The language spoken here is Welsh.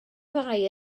ddau